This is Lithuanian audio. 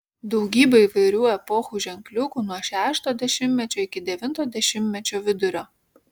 daugybė įvairių epochų ženkliukų nuo šešto dešimtmečio iki devinto dešimtmečio vidurio